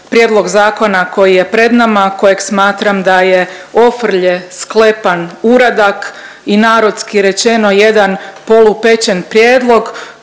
prijedlog zakona koji je pred nama kojeg smatram da je ofrlje sklepan uradak i narodski rečeno jedan polupečen prijedlog